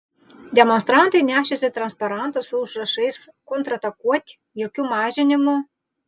demonstrantai nešėsi transparantus su užrašais kontratakuot jokių mažinimų